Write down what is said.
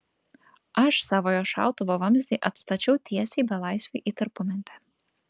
aš savojo šautuvo vamzdį atstačiau tiesiai belaisviui į tarpumentę